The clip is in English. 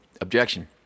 Objection